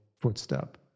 footstep